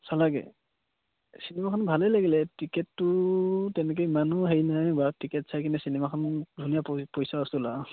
চালাগৈ চিনেমাখন ভালেই লাগিলে টিকেটটো তেনেকৈ ইমানো হেৰি নাই বাৰু টিকেট চাই কিনে চিনেমাখন ধুনীয়া পইচা ৱচুল আৰু